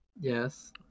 Yes